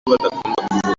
badakunda